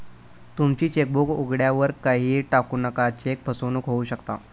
तुमची चेकबुक उघड्यावर कधीही टाकू नका, चेक फसवणूक होऊ शकता